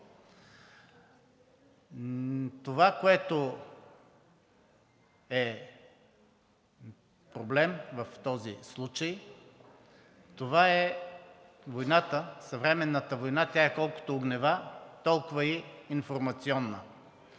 Това, което е проблем в този случай, това е съвременната война – тя е колкото огнева, толкова и информационна.